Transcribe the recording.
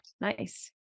Nice